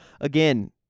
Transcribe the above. again